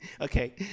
Okay